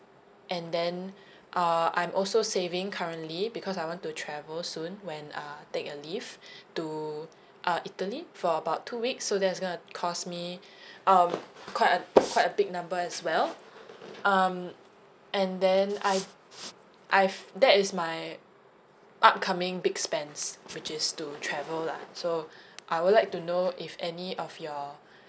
and then uh I'm also saving currently because I want to travel soon when uh take a leave to uh italy for about two weeks so that's going to cost me um quite a quite a big number as well um and then I I've that is my upcoming big spends which is to travel lah so I would like to know if any of your